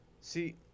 See